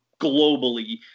globally